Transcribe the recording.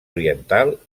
oriental